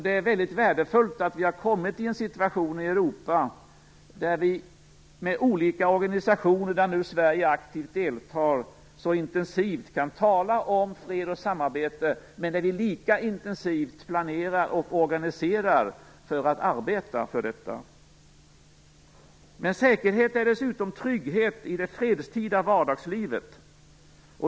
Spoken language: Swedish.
Det är värdefullt att vi har fått en situation i Europa där vi i olika organisationer, där Sverige nu deltar, så intensivt kan tala om fred och samarbete och lika intensivt planera och organisera för att arbeta för detta. Säkerhet är dessutom trygghet i det fredstida vardagslivet.